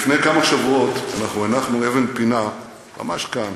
לפני כמה שבועות אנחנו הנחנו אבן פינה ממש כאן,